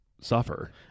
suffer